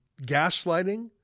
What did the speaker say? Gaslighting